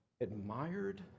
admired